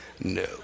No